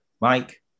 Mike